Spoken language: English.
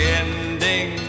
ending